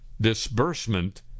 disbursement